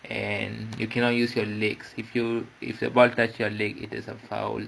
and you cannot use your legs if you if the ball touch your leg it is a foul